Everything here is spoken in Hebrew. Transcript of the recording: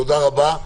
תודה רבה.